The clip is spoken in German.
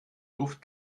luft